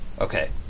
Okay